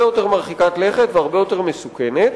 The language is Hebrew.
יותר מרחיקת לכת והרבה יותר מסוכנת.